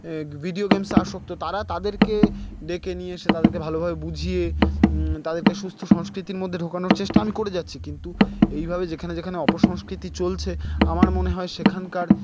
video games আসক্ত তারা তাদেরকে ডেকে নিয়ে এসে তাদেরকে ভালোভাবে বুঝিয়ে তাদেরকে সুস্থ সংস্কৃতির মধ্যে ঢোকানোর চেষ্টা আমি করে যাচ্ছি কিন্তু এইভাবে যেখানে যেখানে অপসংস্কৃতি চলছে আমার মনে হয় সেখানকার